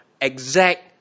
exact